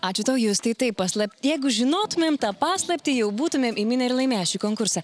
ačiū tau justai taip paslap jeigu žinotumėm tą paslaptį jau būtumėme įminę ir laimėję šį konkursą